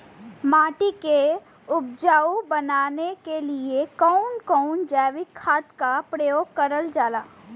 माटी के उपजाऊ बनाने के लिए कौन कौन जैविक खाद का प्रयोग करल जाला?